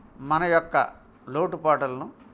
మన యొక్క లోటు పాట్లను